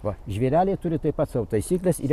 va žvėreliai turi taip pat savo taisykles ir